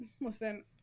listen